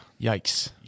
yikes